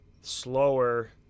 slower